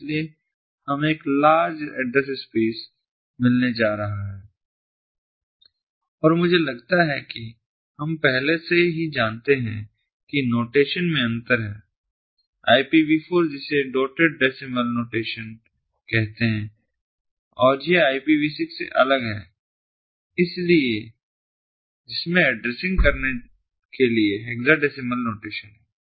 इसलिए हमें एक large address space address space मिलने जा रहा है और मुझे लगता है कि हम पहले से ही जानते हैं कि नोटेशन में अंतर है IPV4 में जिसे डोटेड डेसिमल नोटेशन कहते हैं और यह IPV6 से अलग है जिसमें एड्रेसिंग करने के लिए हेक्साडेसिमल नोटेशन है